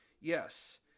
Yes